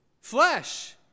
flesh